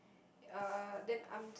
uh then I'm